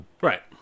Right